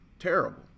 Terrible